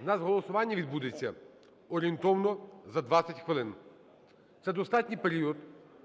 У нас голосування відбудеться орієнтовно за 20 хвилин. Це достатній період,